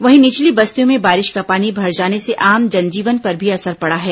वहीं निचली बस्तियों में बारिश का पानी भर जाने से आम जन जीवन पर भी असर पड़ा है